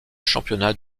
championnat